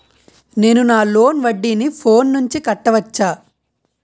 నేను నా లోన్ వడ్డీని ఫోన్ నుంచి కట్టవచ్చా?